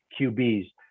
QBs